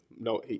no